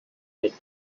that